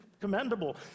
commendable